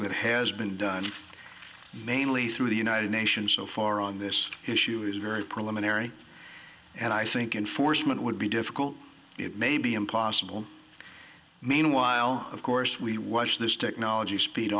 that has been done mainly through the united nations so far on this issue is very preliminary and i think enforcement would be difficult it may be impossible meanwhile of course we watch this technology speed